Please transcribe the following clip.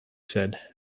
said